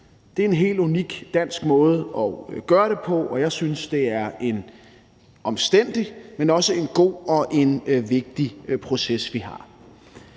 Det er en helt unik dansk måde at gøre det på, og jeg synes, der er en omstændig, men også en god og vigtig proces, vi har.